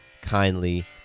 kindly